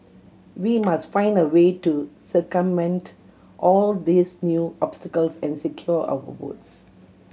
we must find a way to circumvent all these new obstacles and secure our votes